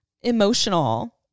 emotional